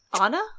Anna